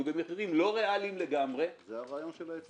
במחירים לא ריאליים לגמרי -- זה הרעיון של ההיצף.